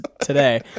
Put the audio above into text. today